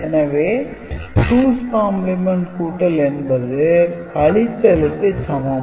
எனவே 2's complement கூட்டல் என்பது கழித்தலுக்கு சமம்